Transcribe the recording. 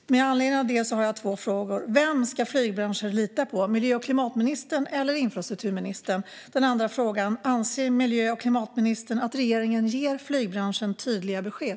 Med anledning av detta har jag två frågor. Vem ska flygbranschen lita på, miljö och klimatministern eller infrastrukturministern? Anser miljö och klimatministern att regeringen ger flygbranschen tydliga besked?